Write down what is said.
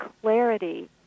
clarity